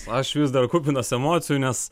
aš vis dar kupinas emocijų nes